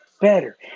better